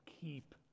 keep